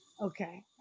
Okay